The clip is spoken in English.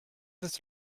this